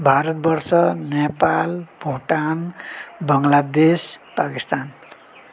Bharatvarsha Nepal Bhotang Bangladesh Pakistan